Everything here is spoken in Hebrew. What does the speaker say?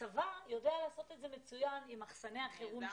הצבא יודע לעשות את זה מצוין עם מחסני החירום שלו,